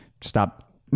stop